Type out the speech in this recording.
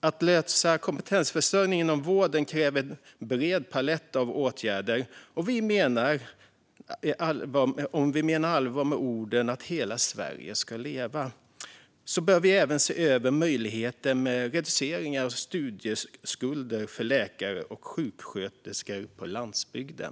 Att lösa kompetensförsörjningen inom vården kräver en bred palett av åtgärder, och om vi menar allvar med orden "hela Sverige ska leva" bör vi även se över möjligheten med reducering av studieskulder för läkare och sjuksköterskor på landsbygden.